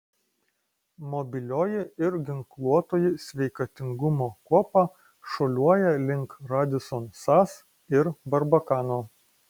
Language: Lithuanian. mobilioji ir ginkluotoji sveikatingumo kuopa šuoliuoja link radisson sas ir barbakano